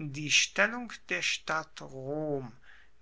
die stellung der stadt rom